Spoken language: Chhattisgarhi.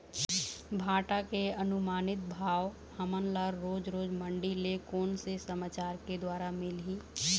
भांटा के अनुमानित भाव हमन ला रोज रोज मंडी से कोन से समाचार के द्वारा मिलही?